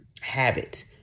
habit